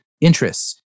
interests